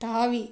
தாவி